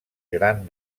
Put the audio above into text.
gran